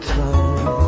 time